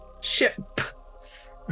ship's